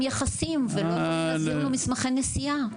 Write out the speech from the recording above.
יחסים ולא מצליח להשיג לו מסמכי נסיעה.